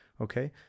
okay